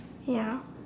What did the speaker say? ya